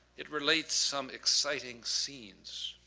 it relates some exciting scenes.